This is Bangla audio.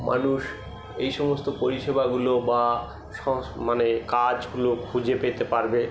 মানুষ এই সমস্ত পরিষেবাগুলো বা মানে কাজগুলো খুঁজে পেতে পারবে